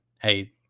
hey